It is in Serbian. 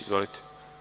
Izvolite.